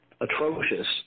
atrocious